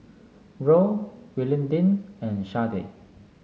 Roll Willodean and Sharday